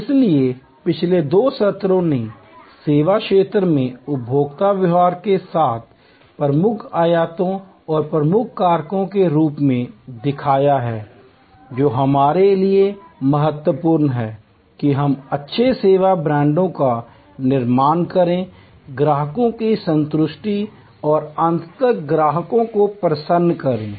इसलिए पिछले दो सत्रों ने सेवा क्षेत्र में उपभोक्ता व्यवहार के प्रमुख आयामों और प्रमुख कारकों के रूप में दिखाया है जो हमारे लिए महत्वपूर्ण हैं कि हम अच्छे सेवा ब्रांडों का निर्माण करें ग्राहकों की संतुष्टि और अंततः ग्राहक को प्रसन्न करें